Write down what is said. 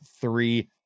three